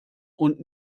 und